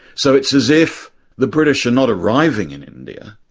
so it's as if the british are not arriving in india,